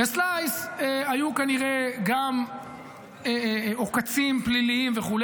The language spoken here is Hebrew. בסלייס היו כנראה גם עוקצים פליליים וכו',